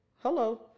Hello